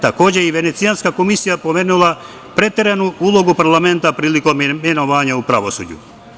Takođe, i Venecijanska komisija je pomenula preteranu ulogu parlamenta prilikom imenovanja u pravosuđu.